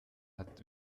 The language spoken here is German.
hat